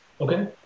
Okay